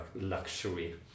luxury